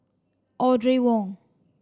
Audrey Wong